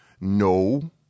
No